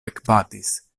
ekbatis